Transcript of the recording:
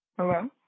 Hello